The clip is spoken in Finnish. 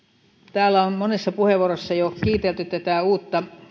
täällä on monessa puheenvuorossa jo kiitelty tätä uutta